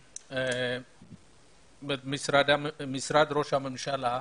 משרד ראש הממשלה,